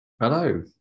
Hello